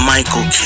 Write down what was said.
Michael